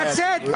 לצאת.